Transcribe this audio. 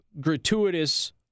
gratuitous